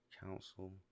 Council